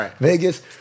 Vegas